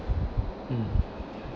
mm